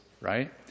right